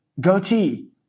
goatee